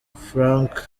frank